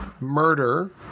murder